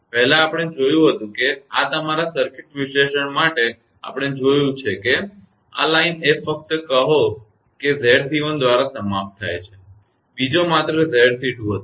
પહેલાં આપણે જોયું હતું કે આ તમારા સર્કિટ વિશ્લેષણ માટે આપણે જોયું છે કે આ લાઇન એ ફક્ત કહો કે એક 𝑍𝑐1 દ્વારા સમાપ્ત થાય છે બીજો માત્ર 𝑍𝑐2 હતો